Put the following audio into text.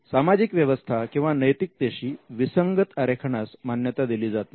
सामाजिक व्यवस्था किंवा नैतिकतेशी विसंगत आरेखनास मान्यता दिली जात नाही